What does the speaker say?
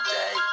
day